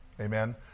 Amen